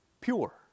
pure